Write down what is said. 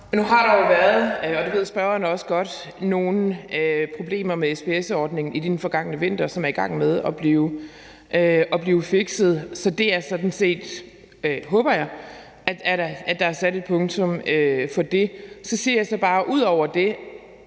også godt, nogle problemer med SPS-ordningen i den forgangne vinter, og de er ved at blive fikset. Så det er der sådan set, håber jeg, sat et punktum for. Så siger jeg bare ud over det,